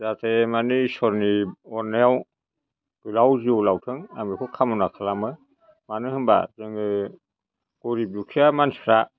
जाहाथे माने ईस्वरनि अन्नायाव गोलाव जिउ लावथों आं बेखौ खाम'ना खालामो मानो होमबा जोङो गरिब दुखिया मानसिफ्रा